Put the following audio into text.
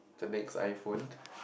the next iPhone